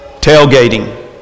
tailgating